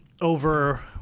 over